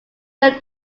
them